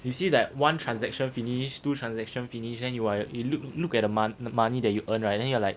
you see like one transaction finish two transaction finish then you are at you look look at the mo~ the money that you earn right then you are like